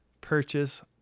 purchase